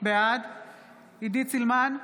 בעד עידית סילמן,